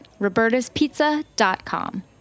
Roberta'spizza.com